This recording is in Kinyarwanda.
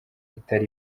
itari